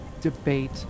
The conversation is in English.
debate